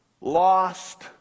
lost